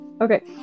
Okay